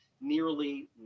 nearly